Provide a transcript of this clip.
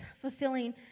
fulfilling